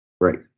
Right